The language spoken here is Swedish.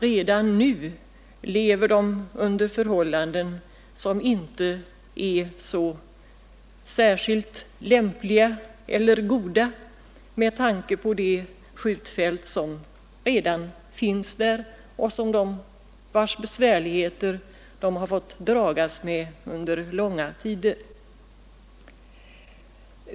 Redan nu lever de under förhållanden som inte är så särskilt goda på grund av det skjutfält som redan finns där och vars besvärligheter de har fått dragas med under långa tider.